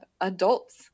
adults